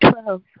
Twelve